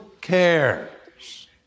cares